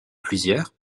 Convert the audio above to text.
plusieurs